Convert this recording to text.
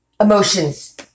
emotions